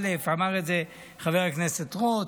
אמר את זה חבר הכנסת רוט.